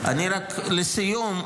לסיום,